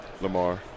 Lamar